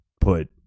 put